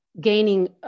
gaining